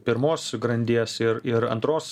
pirmos grandies ir ir antros